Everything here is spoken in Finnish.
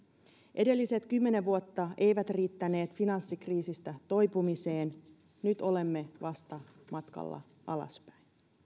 edelliset kymmenen vuotta eivät riittäneet finanssikriisistä toipumiseen nyt olemme vasta matkalla alaspäin